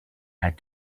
had